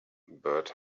bird